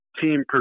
team